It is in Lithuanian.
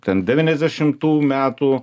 ten devyniasdešimtų metų